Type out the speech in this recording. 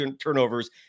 turnovers